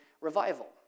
revival